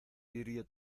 vidrio